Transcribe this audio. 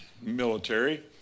military